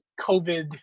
covid